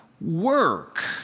work